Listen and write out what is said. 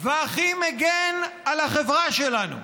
והכי מגן על החברה שלנו.